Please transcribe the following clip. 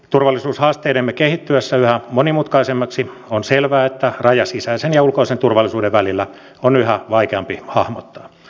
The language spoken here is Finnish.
turvallisuushaasteidemme kehittyessä yhä monimutkaisemmiksi on selvää että raja sisäisen ja ulkoisen turvallisuuden välillä on yhä vaikeampi hahmottaa